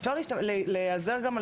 להיעזר גם,